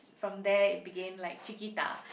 from there it begin like Cheekita